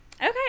okay